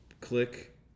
Click